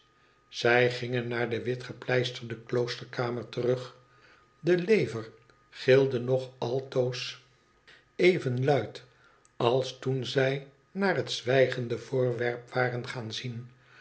tippinszij gingen naar de wit gepleisterde kloosterkamer terug de lever gilde nog altoos even luid als toen zij naar het zwijgende voorwerp waren gaan zien